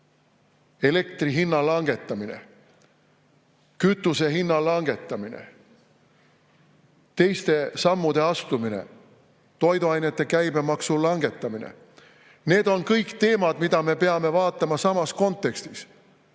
elektrihinna langetamine, kütusehinna langetamine ja teiste sammude astumine, toiduainete käibemaksu langetamine. Need kõik on teemad, mida me peame vaatama samas kontekstis,